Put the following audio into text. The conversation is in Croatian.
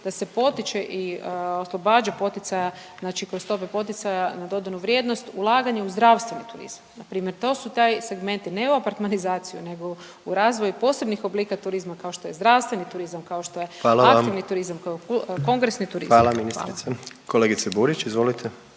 da se potiče i oslobađa poticaja, znači kroz stope poticaja na dodatnu vrijednost, ulaganje u zdravstveni turizam. Npr. to su taj segmenti, ne u apartmanizaciju nego u razvoj posebnih oblika turizma, kao što je zdravstveni turizam, kao što je aktivni … .../Upadica: Hvala vam./... turizma,